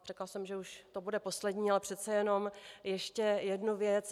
Řekla jsem, že už to bude poslední, ale přece jenom ještě jednu věc.